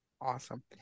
Awesome